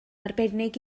arbennig